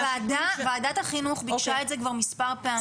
ועדת החינוך ביקשה את זה כבר מספר פעמים.